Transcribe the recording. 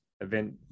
event